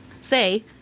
say